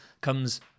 comes